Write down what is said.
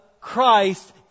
Christ